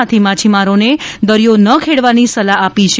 આથી માછીમારોને દરિયો ન ખેડવાની સલાહ છે